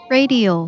Radio